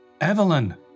Evelyn